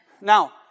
Now